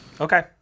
Okay